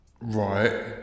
Right